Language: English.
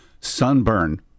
Sunburn